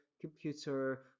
computer